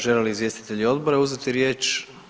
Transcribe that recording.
Žele li izvjestitelji odbora uzeti riječ?